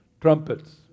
trumpets